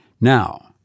Now